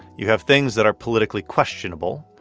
you have things that are politically questionable.